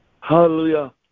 Hallelujah